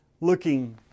looking